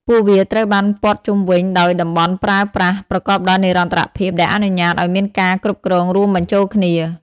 ពួកវាត្រូវបានព័ទ្ធជុំវិញដោយតំបន់ប្រើប្រាស់ប្រកបដោយនិរន្តរភាព ដែលអនុញ្ញាតឱ្យមានការគ្រប់គ្រងរួមបញ្ចូលគ្នា។